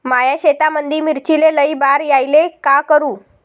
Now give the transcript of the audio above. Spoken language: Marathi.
माया शेतामंदी मिर्चीले लई बार यायले का करू?